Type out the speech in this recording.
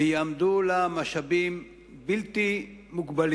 וגם אם יעמדו לה משאבים בלתי מוגבלים,